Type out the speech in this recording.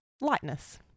lightness